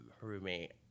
roommate